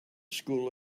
school